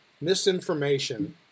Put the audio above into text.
misinformation